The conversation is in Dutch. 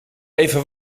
even